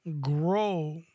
grow